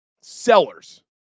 sellers